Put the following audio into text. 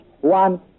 one